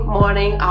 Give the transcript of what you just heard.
morning